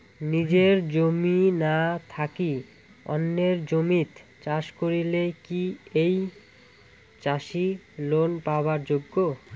নিজের জমি না থাকি অন্যের জমিত চাষ করিলে কি ঐ চাষী লোন পাবার যোগ্য?